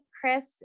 chris